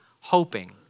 hoping